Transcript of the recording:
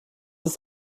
ist